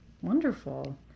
Wonderful